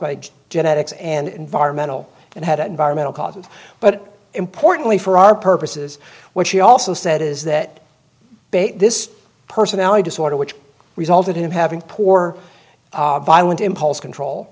by genetics and environment all that had environmental causes but importantly for our purposes what she also said is that this personality disorder which resulted in him having poor violent impulse control